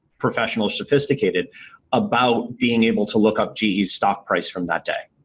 professional, sophisticated about being able to look up ge stock price from that day.